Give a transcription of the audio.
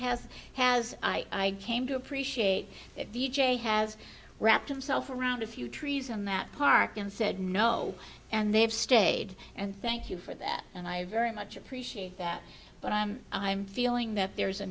has has i came to appreciate it v j has wrapped himself around a few trees in that park and said no and they have stayed and thank you for that and i very much appreciate that but i'm i'm feeling that there's a